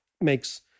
makes